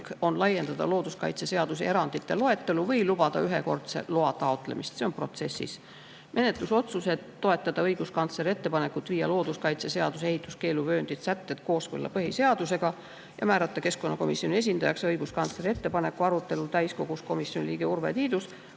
on laiendada looduskaitseseaduse erandite loetelu või lubada ühekordse loa taotlemist. See protsess käib. Menetlusotsused: toetada õiguskantsleri ettepanekut viia looduskaitseseaduse ehituskeeluvööndi sätted kooskõlla põhiseadusega ja määrata keskkonnakomisjoni esindajaks õiguskantsleri ettepaneku arutelul täiskogus komisjoni liige Urve Tiidus.